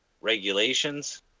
regulations